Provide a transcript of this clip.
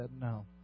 no